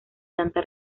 tanta